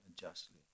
justly